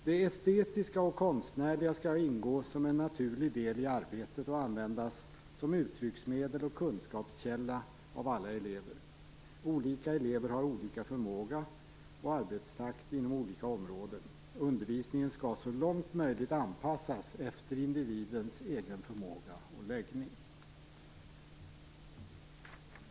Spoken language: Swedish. Det estetiska och konstnärliga skall ingå som en naturlig del i arbetet och användas som uttrycksmedel och kunskapskälla av alla elever. Olika elever har olika förmåga och arbetstakt inom olika områden. Undervisningen skall så långt möjligt anpassas efter individens egen förmåga och läggning.